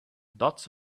dots